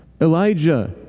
elijah